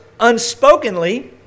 unspokenly